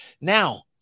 Now